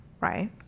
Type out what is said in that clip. right